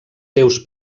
seus